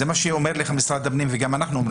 זה מה שאומר לך משרד הפנים וגם אנחנו.